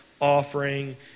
offering